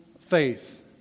faith